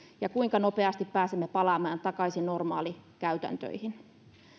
ja kuinka nopeasti pääsemme palaamaan takaisin normaalikäytäntöihin